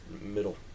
middle